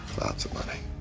lots of money.